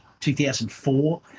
2004